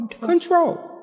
Control